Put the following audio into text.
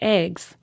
eggs